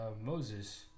Moses